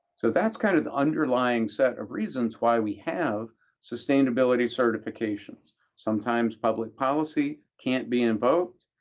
so that's kind of the underlying set of reasons why we have sustainability certifications. sometimes public policy can't be invoked,